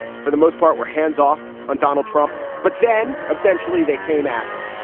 for the most part, were hands off on donald trump, but then eventually they came at him.